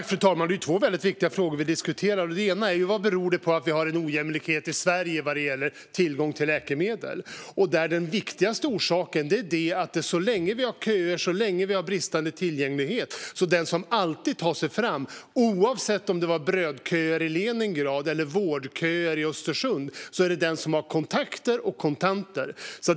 Fru talman! Det är två väldigt viktiga frågor vi diskuterar. Den ena är vad det beror på att vi i Sverige har en ojämlikhet när det gäller tillgång till läkemedel. Där är den viktigaste orsaken att den som alltid tar sig fram - trots köer och bristande tillgänglighet, oavsett om det har handlat om brödköer i Leningrad eller vårdköer i Östersund - är den som har kontakter och kontanter.